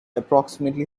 approximately